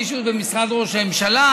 מישהו במשרד ראש הממשלה,